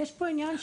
יש פה עניין.